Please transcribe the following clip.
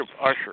Usher